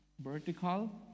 vertical